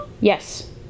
Yes